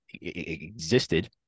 existed